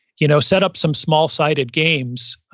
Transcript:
you know set up some small-sided games.